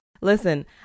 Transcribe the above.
Listen